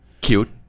cute